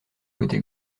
côté